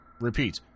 Repeat